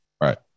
Right